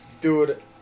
Dude